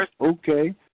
okay